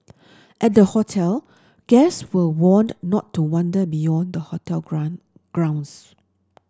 at the hotel guest were warned not to wander beyond the hotel ground grounds